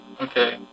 Okay